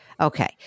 Okay